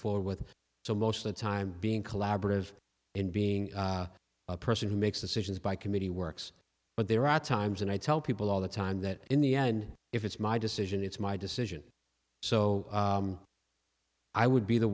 for with so most of the time being collaborative and being a person who makes decisions by committee works but there are times when i tell people all the time that in the end if it's my decision it's my decision so i would be the